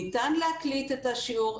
ניתן להקליט את השיעור,